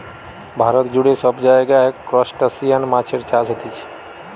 ভারত জুড়ে সব জায়গায় ত্রুসটাসিয়ান মাছের চাষ হতিছে